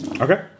Okay